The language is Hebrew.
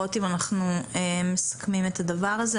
לראות אם אנחנו מסכמים את הדבר הזה.